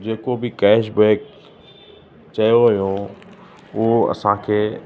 जेको बि कैशबैक चयो हुयो उहो असांखे